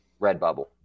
Redbubble